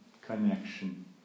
connection